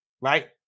right